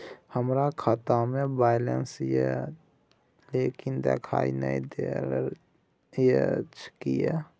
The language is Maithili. हमरा खाता में बैलेंस अएछ लेकिन देखाई नय दे रहल अएछ, किये?